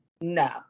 no